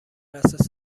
اساس